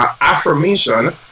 affirmation